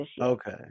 Okay